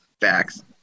Facts